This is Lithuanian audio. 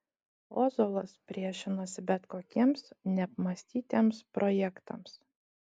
ozolas priešinosi bet kokiems neapmąstytiems projektams